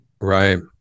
right